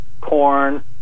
corn